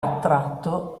attratto